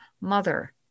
mother